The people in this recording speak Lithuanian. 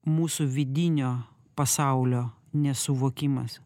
mūsų vidinio pasaulio nesuvokimas